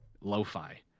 Lo-fi